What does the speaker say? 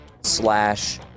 slash